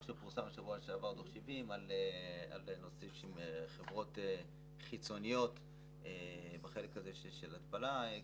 70 שפורסם בשבוע שעבר על חברות חיצוניות בחלק של ההתפלה.